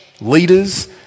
leaders